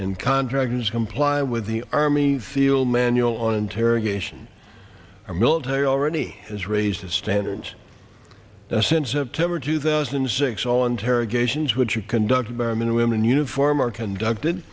and contractors comply with the army field manual on interrogation our military already has raised the standards that since september two thousand and six all interrogations which are conducted by men and women in uniform are conducted